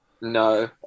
no